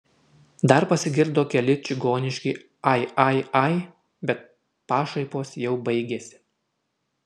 dar pasigirdo keli čigoniški ai ai ai bet pašaipos jau baigėsi